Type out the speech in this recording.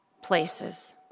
places